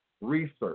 research